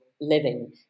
living